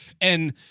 and-